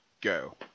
go